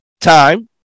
time